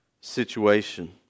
situation